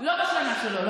לא בשנה שלו,